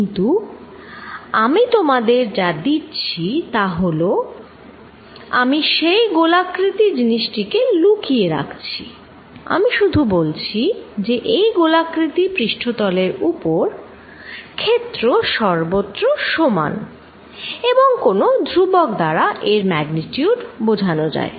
কিন্তু আমি তোমাদের যা দিচ্ছি তা হলো আমি সেই গোলাকৃতি জিনিসটি কে লুকিয়ে রাখছি আমি শুধু বলছি যে এই গোলাকৃতি পৃষ্ঠতলের ওপর ক্ষেত্র সর্বত্র সমান এবং কোনো ধ্রুবক দ্বারা এর ম্যাগনিচিউড বোঝানো হয়